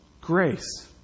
grace